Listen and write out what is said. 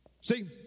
See